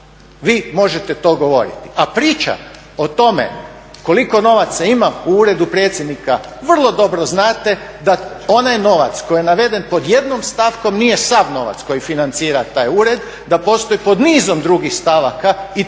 vi možete to govoriti? A priča o tome koliko novaca ima u uredu predsjednika, vrlo dobro znate da onaj novac koji je naveden pod jednom stavkom nije sav novac koji financira taj ured, da postoji pod nizom drugih stavaka itekakva